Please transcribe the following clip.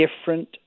different